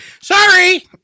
Sorry